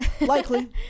Likely